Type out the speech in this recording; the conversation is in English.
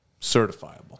certifiable